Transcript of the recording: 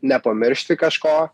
nepamiršti kažko